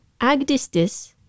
Agdistis